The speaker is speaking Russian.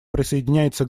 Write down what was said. присоединяется